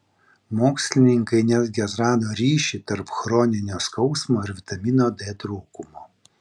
mokslininkai netgi atrado ryšį tarp chroninio skausmo ir vitamino d trūkumo